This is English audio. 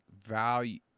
value